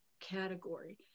category